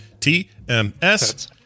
TMS